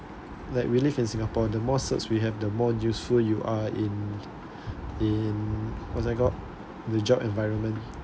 like we live in singapore the more certs we have the more useful you are in in what's I called the job environment